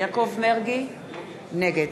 נגד